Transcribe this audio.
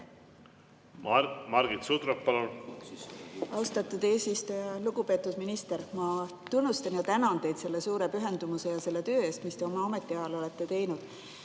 Margit Sutrop, palun! Austatud eesistuja! Lugupeetud minister! Ma tunnustan ja tänan teid selle suure pühendumuse ja selle töö eest, mis te oma ametiajal olete teinud.